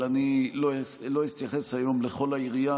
אבל אני לא אתייחס היום לכל היריעה.